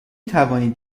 توانید